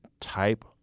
type